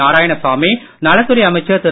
நாராயணசாமி நலத் துறை அமைச்சர் திரு